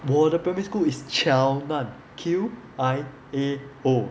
我的 primary school is qiao nan Q I A O